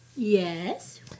Yes